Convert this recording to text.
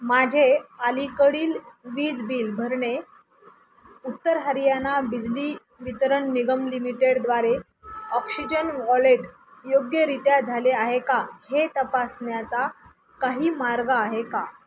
माझे अलीकडील वीज बिल भरणे उत्तर हरियाणा बिजली वितरण निगम लिमिटेडद्वारे ऑक्सिजन वॉलेट योग्यरित्या झाले आहे का हे तपासण्याचा काही मार्ग आहे का